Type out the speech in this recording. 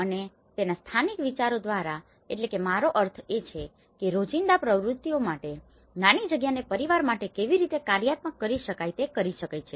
અને તેના સ્થાનિક વિચારો દ્વારા એટકે કે મારો અર્થ એ છે કે રોજિંદા પ્રવૃત્તિઓ માટે નાની જગ્યાને પરિવાર માટે કેવી રીતે કાર્યાત્મક કરી શકાઈ તે કરી શકે છે